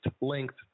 length